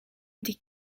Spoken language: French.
des